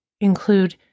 include